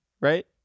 right